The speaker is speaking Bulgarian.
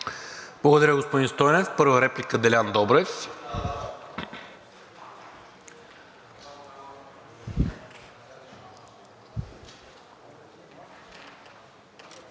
Благодаря, господин Стойнев. Първа реплика – Делян Добрев.